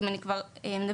אם אני כבר מדברת,